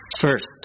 first